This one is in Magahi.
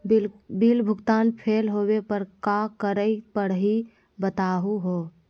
बिल भुगतान फेल होवे पर का करै परही, बताहु हो?